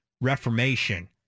reformation